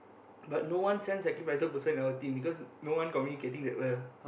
but no one send sacrificer person in our team because no one communicating that well